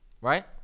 Right